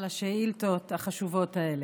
על השאילתות החשובות האלה.